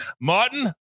Martin